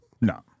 No